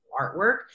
artwork